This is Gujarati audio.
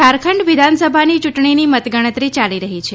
ઝારખંડ વિધાનસભાની ચૂંટણીની મતગણતરી ચાલી રહી છે